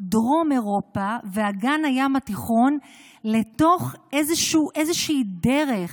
דרום אירופה ואגן הים התיכון לתוך איזושהי דרך,